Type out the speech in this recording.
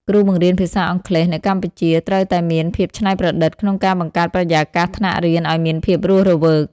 គ្រូបង្រៀនភាសាអង់គ្លេសនៅកម្ពុជាត្រូវតែមានភាពច្នៃប្រឌិតក្នុងការបង្កើតបរិយាកាសថ្នាក់រៀនឱ្យមានភាពរស់រវើក។